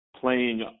playing